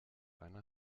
einer